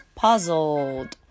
puzzled